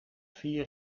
vier